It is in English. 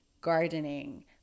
gardening